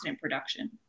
production